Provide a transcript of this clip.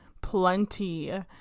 plenty